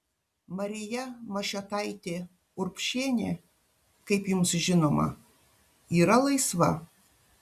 marija mašiotaitė urbšienė kaip jums žinoma yra laisva